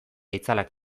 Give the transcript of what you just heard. itzalak